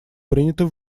приняты